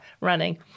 running